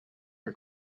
her